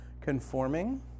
Conforming